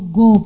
go